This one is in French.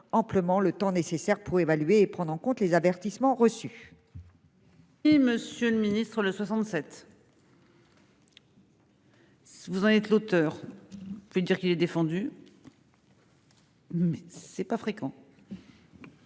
amplement le temps nécessaire pour évaluer et prendre en compte les avertissements reçus.